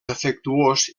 afectuós